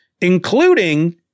including